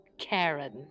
Karen